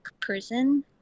person